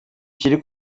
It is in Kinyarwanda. kiri